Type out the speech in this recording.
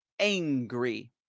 Angry